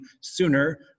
sooner